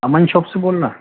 امن شاپ سے بول رہے ہیں